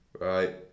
Right